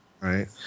Right